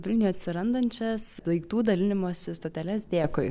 vilniuje atsirandančias daiktų dalinimosi stoteles dėkui